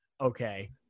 Okay